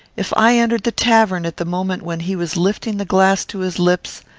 if i entered the tavern at the moment when he was lifting the glass to his lips,